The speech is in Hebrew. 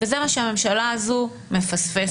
וזה מה שהממשלה הזו מפספסת,